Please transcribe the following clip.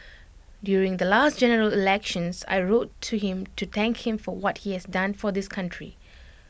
during the last general elections I wrote to him to thank him for what he has done for this country